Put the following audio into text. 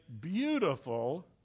beautiful